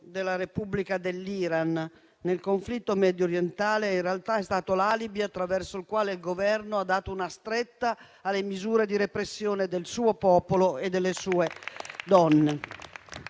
della Repubblica dell'Iran nel conflitto mediorientale in realtà è stato l'alibi attraverso il quale il Governo ha dato una stretta alle misure di repressione del suo popolo e delle sue donne.